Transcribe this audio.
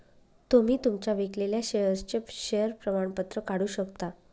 तुम्ही तुमच्या विकलेल्या शेअर्सचे शेअर प्रमाणपत्र काढू शकता